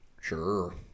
Sure